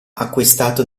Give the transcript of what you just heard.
acquistato